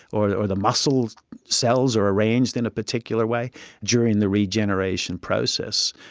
or the muscle cells are arranged in a particular way during the regeneration process.